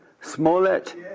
Smollett